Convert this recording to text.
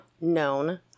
known